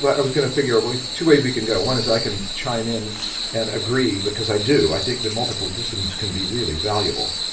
but i was gonna figure but out two ways we can go, one is i can chime in and agree because i do, i think the multiple disciplines can be really valuable.